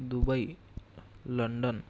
Dubai London